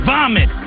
Vomit